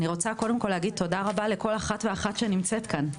אני רוצה קודם כל להגיד תודה רבה לכל אחת ואחת שנמצאת כאן,